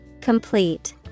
Complete